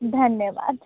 धन्यवाद